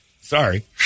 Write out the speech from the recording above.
Sorry